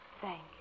Thank